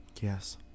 Yes